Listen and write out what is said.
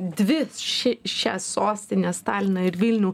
dvi ši šias sostines taliną ir vilnių